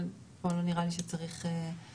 אבל פה לא נראה לי שצריך להרחיב,